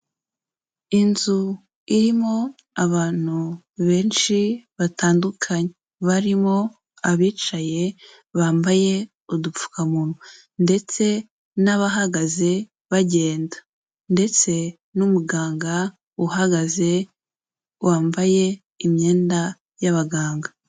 Inzu irimo abantu benshi batandukanye, barimo abicaye bambaye udupfukamunwa, ndetse n'abahagaze bagenda, ndetse n'umuganga uhagaze wambaye imyenda y'abaganga.